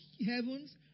heavens